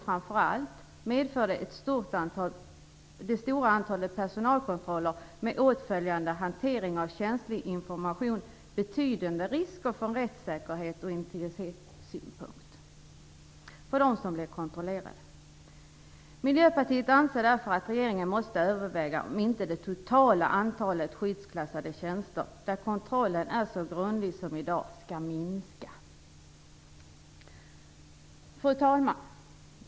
Framför allt medför det stora antalet personalkontroller med åtföljande hantering av känslig information betydande risker från rättssäkerhets och integritetssynpunkt för dem som blir kontrollerade. Miljöpartiet anser därför att regeringen måste överväga om inte det totala antalet skyddsklassade tjänster där kontrollen är så grundlig som i dag skall minska. Fru talman!